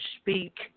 speak